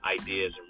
ideas